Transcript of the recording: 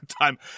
time